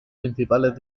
principales